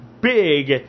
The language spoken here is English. big